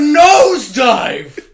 nosedive